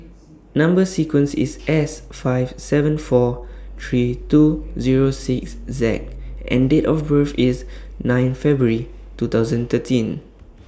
Number sequence IS S five seven four three two Zero six Z and Date of birth IS nine February two thousand thirteen